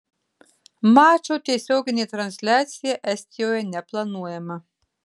mačo tiesioginė transliacija estijoje neplanuojama